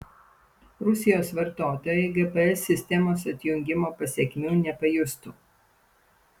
rusijos vartotojai gps sistemos atjungimo pasekmių nepajustų